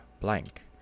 blank